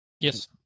Yes